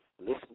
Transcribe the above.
listen